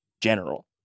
general